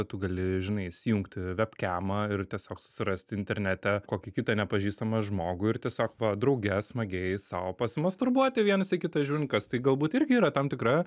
tu gali žinai įsijungti vebkemą ir tiesiog susirasti internete kokį kitą nepažįstamą žmogų ir tiesiog va drauge smagiai sau pasimasturbuoti vienas į kitą žiūrint kas tai galbūt irgi yra tam tikra